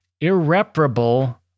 irreparable